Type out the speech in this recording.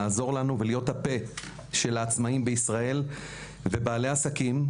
לעזור לנו ולהיות הפה של העצמאים ובעלי העסקים בישראל,